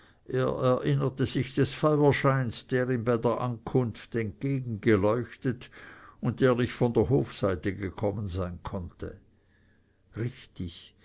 er erinnerte sich des feuerscheins der ihm bei der ankunft entgegengeleuchtet und der nicht von der hofseite gekommen sein konnte richtig